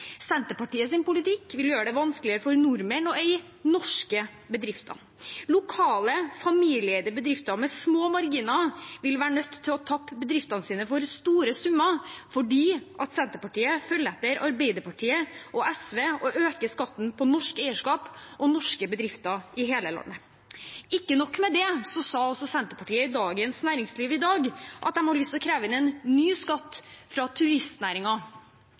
politikk vil gjøre det vanskeligere for nordmenn å eie norske bedrifter. Lokale, familieeide bedrifter med små marginer vil være nødt til å tappe bedriftene sine for store summer fordi Senterpartiet følger etter Arbeiderpartiet og SV og øker skatten på norsk eierskap og norske bedrifter i hele landet. Ikke nok med det: I Dagens Næringsliv i dag sa Senterpartiet at de har lyst til å kreve inn en ny skatt fra